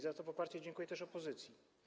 Za to poparcie dziękuję też opozycji.